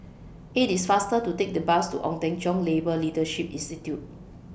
IT IS faster to Take The Bus to Ong Teng Cheong Labour Leadership Institute